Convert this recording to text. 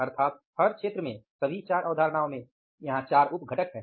अर्थात हर क्षेत्र में सभी चार अवधारणाओं में यहां चार उप घटक हैं